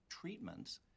treatments